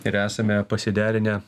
ir esame pasiderinę